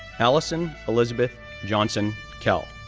allison elizabeth johnson kell,